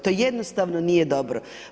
To jednostavno nije dobro.